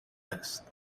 هست